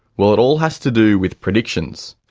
well, it all has to do with predictions,